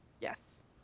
Yes